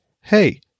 hey